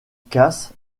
casse